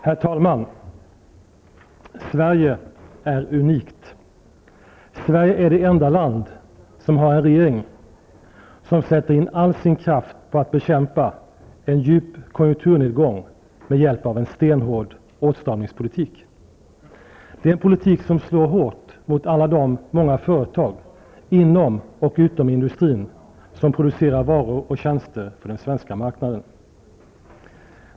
Herr talman! Sverige är unikt. Sverige är det enda land som har en regering som sätter in all sin kraft på att bekämpa en djup konjunkturnedgång med hjälp av en stenhård åtstramningspolitik. Det är en politik som slår hårt mot alla de många företag inom och utom industrin som producerar varor och tjänster för den svenska marknaden.